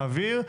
נעביר.